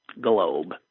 globe